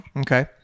okay